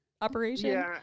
operation